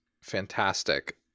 fantastic